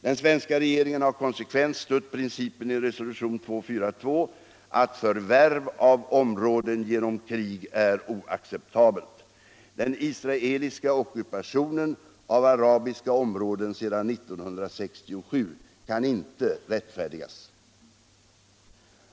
Den svenska regeringen har konsekvent stött principen i resolution 242 att förvärv av områden genom krig är oacceptabelt. Den israeliska ockupationen av arabiska områden sedan 1967 kan inte rättfärdigas.